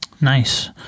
Nice